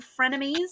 frenemies